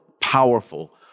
powerful